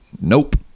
nope